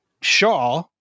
Shaw